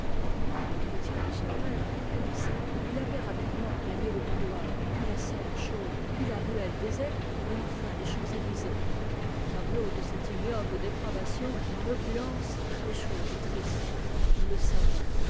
pendant l'entretien de son père et du commissaire il avait rapidement gagné le boudoir puis la serre chaude puis la ruelle déserte et enfin les champs-élysées le tableau de cette ignoble dépravation dans l'opulence est chose triste nous le savons